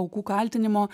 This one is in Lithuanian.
aukų kaltinimo